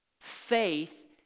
Faith